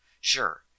Sure